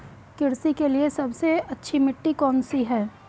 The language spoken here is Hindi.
कृषि के लिए सबसे अच्छी मिट्टी कौन सी है?